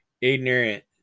Ignorant